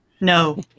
No